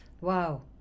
Wow